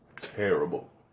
terrible